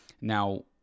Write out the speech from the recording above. now